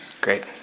Great